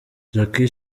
jackie